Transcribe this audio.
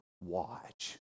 watch